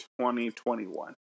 2021